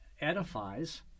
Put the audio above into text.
edifies